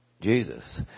Jesus